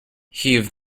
heave